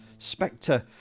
Spectre